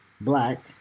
black